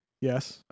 yes